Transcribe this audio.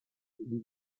die